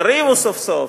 תריבו סוף-סוף,